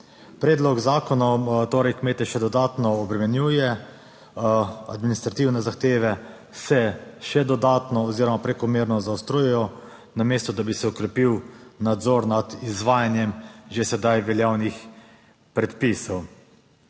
Predlog zakona torej kmete še dodatno obremenjuje. Administrativne zahteve se še dodatno oziroma prekomerno zaostrujejo, namesto da bi se okrepil nadzor nad izvajanjem že sedaj veljavnih predpisov.